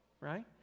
right